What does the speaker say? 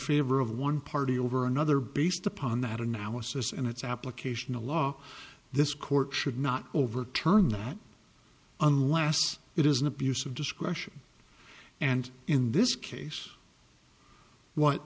favor of one party over another based upon that analysis and its application of law this court should not overturn that unless it is an abuse of discretion and in this case what